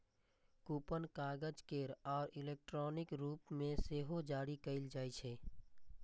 coupon कागज केर आ इलेक्ट्रॉनिक रूप मे सेहो जारी कैल जाइ छै